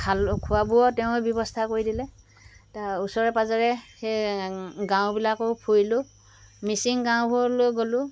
খালোঁ খোৱা বোৱাও তেৱেঁ ব্যৱস্থা কৰি দিলে তাৰ ওচৰে পাজৰে তা গাঁওবিলাকো ফুৰিলোঁ মিছিং গাঁওবোৰলৈ গ'লোঁ